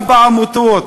גם בעמותות,